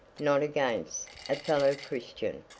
not against a fellow-christian,